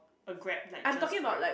a Grab like just Grab